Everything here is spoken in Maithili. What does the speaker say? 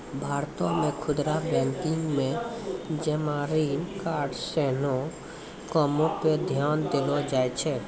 भारतो मे खुदरा बैंकिंग मे जमा ऋण कार्ड्स जैसनो कामो पे ध्यान देलो जाय छै